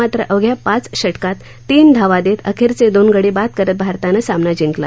मात्र अवघ्या पाच षटकात तीन धावा देत अखेरचे दोन गडी बाद करत भारतानं सामना जिंकला